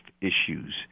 issues